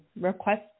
Request